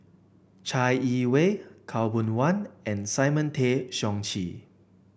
Chai Yee Wei Khaw Boon Wan and Simon Tay Seong Chee